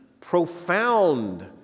profound